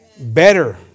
Better